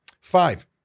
Five